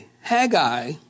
Haggai